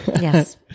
Yes